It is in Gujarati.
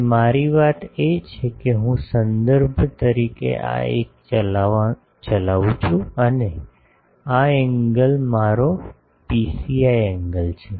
અને મારી વાત એ છે કે હું સંદર્ભ તરીકે આ 1 ચલાવું છું અને આ એંગલ મારો પીએસઆઇ એંગલ છે